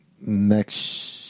next